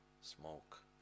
smoke